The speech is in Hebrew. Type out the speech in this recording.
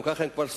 גם ככה הם סובלים,